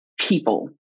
people